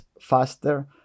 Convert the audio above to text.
faster